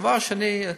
דבר שני,